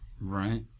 Right